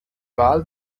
wahl